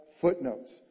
footnotes